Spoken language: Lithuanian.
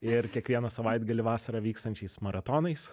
ir kiekvieną savaitgalį vasarą vykstančiais maratonais